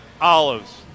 Olives